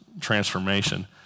transformation